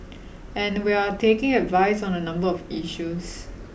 and we're taking advice on a number of issues